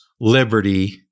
liberty